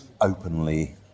openly